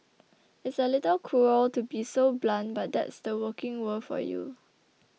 it's a little cruel to be so blunt but that's the working world for you